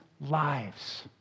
lives